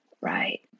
Right